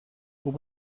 hoe